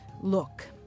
Look